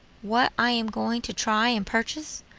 what i am going to try and purchase?